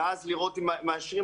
ואז לראות אם מאשרים.